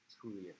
truly